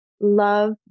love